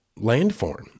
landform